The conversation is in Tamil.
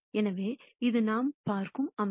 எனவே இது நாம் பார்க்கும் அமைப்பு